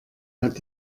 hat